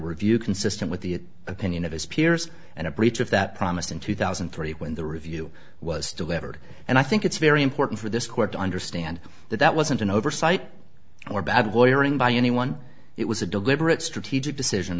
review consistent with the opinion of his peers and a breach of that promise in two thousand and three when the review was delivered and i think it's very important for this court to understand that that wasn't an oversight or bad lawyer in by anyone it was a deliberate strategic decision